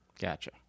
Gotcha